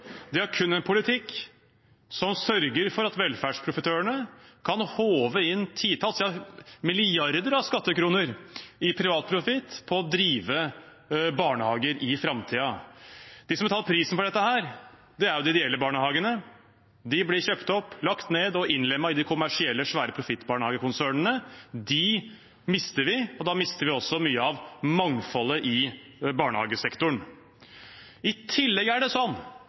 det skal nevnes. De har ingen tiltak for å sørge for å bevare mangfoldet i barnehagesektoren. De har kun en politikk som sørger for at velferdsprofitørene kan håve inn milliarder av skattekroner i privat profitt på å drive barnehager i framtiden. De som må betale prisen for dette, er de ideelle barnehagene. De blir kjøpt opp, lagt ned og innlemmet i de kommersielle, svære profittbarnehagekonsernene. Dem mister vi, og da mister vi også mye av mangfoldet i barnehagesektoren. I tillegg er det